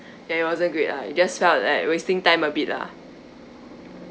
ya it wasn't great lah it just felt like wasting time a bit lah